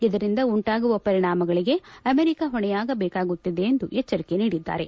ಇದರಿಂದ ಉಂಟಾಗುವ ಪರಿಣಾಮಗಳಿಗೆ ಅಮೆರಿಕ ಹೊಣೆಯಾಗಬೇಕಾಗುತ್ತದೆ ಎಂದು ಎಚ್ಚರಿಕೆ ನೀಡಿದ್ದಾರೆ